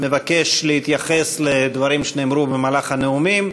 מבקש להתייחס לדברים שנאמרו בנאומים,